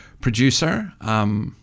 producer